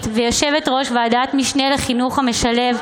ויושבת-ראש ועדת המשנה לחינוך המשלב,